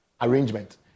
arrangement